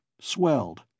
swelled